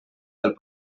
del